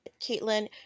Caitlin –